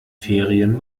ferien